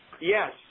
Yes